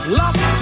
love